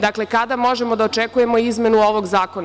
Dakle, kada možemo da očekujemo izmenu ovog zakona?